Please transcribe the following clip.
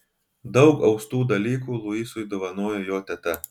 daug austų dalykų luisui dovanojo jo teta